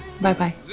Bye-bye